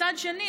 מצד שני,